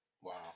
Wow